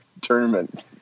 tournament